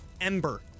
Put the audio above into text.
ember